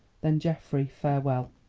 then, geoffrey, farewell!